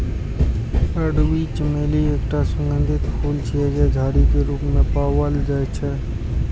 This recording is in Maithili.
अरबी चमेली एकटा सुगंधित फूल छियै, जे झाड़ी के रूप मे पाओल जाइ छै